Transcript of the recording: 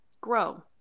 grow